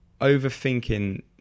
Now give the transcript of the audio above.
overthinking